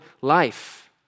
life